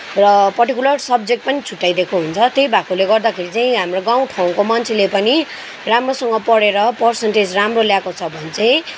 र particular subject पनि छुट्याइ दिएको हुन्छ त्यही भएकोले गर्दाखेरि चाहिँ हाम्रो गाउँठाउँको मान्छेले पनि राम्रोसँग पढेर पर्सेन्टेज राम्रो ल्याएको छ भने चाहिँ